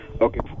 Okay